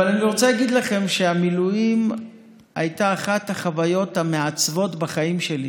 אבל אני רוצה להגיד לכם שהמילואים היו אחת החוויות המעצבות בחיים שלי,